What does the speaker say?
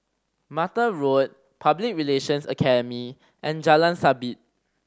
Mattar Road Public Relations Academy and Jalan Sabit